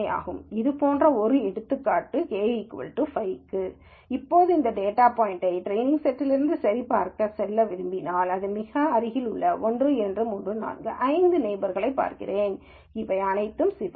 இதேபோன்ற ஒரு எடுத்துக்காட்டு K 5 க்கு இப்போது இந்த டேட்டா பாய்ன்ட்யை ட்ரெய்னிங் செட்டிலிருந்து சரிபார்க்கச் சொல்ல விரும்பினால் அதன் மிக அருகில் 1 2 3 4 5 ஐந்து நெய்பர்ஸ்களைப் பார்க்கிறேன் அவை அனைத்தும் சிவப்பு